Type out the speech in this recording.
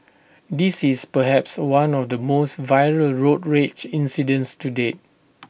this is perhaps one of the most viral road rage incidents to date